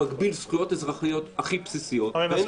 שמגביל זכויות אזרחיות הכי בסיסיות ואין לו צידוק.